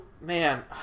Man